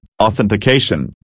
authentication